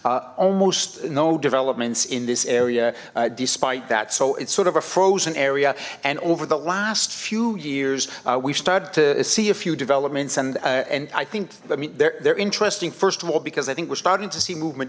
issues almost no developments in this area despite that so it's sort of a frozen area and over the last few years we've started to see a few developments and and i think i mean they're they're interesting first of all because i think we're starting to see movement